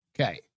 Okay